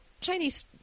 Chinese